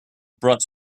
brought